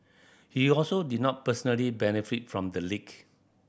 he also did not personally benefit from the leak